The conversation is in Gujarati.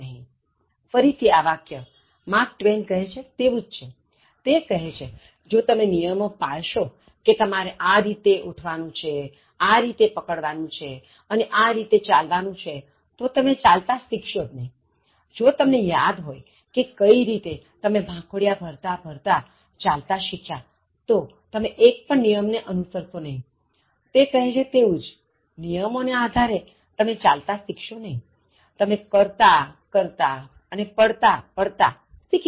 ફરીથીઆ વાક્ય માર્ક ટ્વેન કહે છે તેવું જ છે તે કહે છેકે જો તમે નિયમો પાળશોકે તમારે આ રીતે ઉઠવા નું છે આ રીતે પકડવાનું છે અને આ રીતે ચાલવાનું છેતો તમે ચાલતા શીખશો જ નહીં જો તમને યાદ હોય કે કઇ રીતે તમે ભાંખોડિયા ભરતાભરતા ચાલતા શીખ્યાતો તમે એક પણ નિયમને અનુસરશો નહીંતે કહે છે તેવુ જનિયમો ને આધારે તમે ચાલતા શીખશો નહીં તમે કરતા કરતા અને પડતા પડતા શીખી શકશો